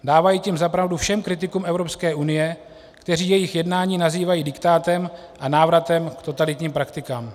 Dávají tím za pravdu všem kritikům Evropské unie, kteří jejich jednání nazývají diktátem a návratem k totalitním praktikám.